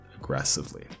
aggressively